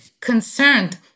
concerned